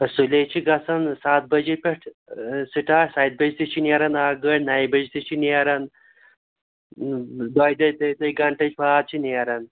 سُلے چھِ گَژھان سَتھ بجے پٮ۪ٹھ سِٹارٹ سَتہِ بجہِ تہِ چھِ نیران اَکھ گٲڑۍ نَیہِ بَجہِ تہِ چھِ نیران دۄیہِ دۄیہِ ترٛیٚیہِ ترٛیٚیہِ گَنٹہٕ بعد چھِ نیران